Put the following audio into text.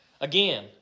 again